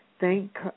Thank